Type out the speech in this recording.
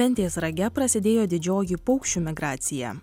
ventės rage prasidėjo didžioji paukščių migracija